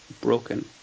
broken